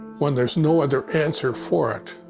when there is no other answer for it,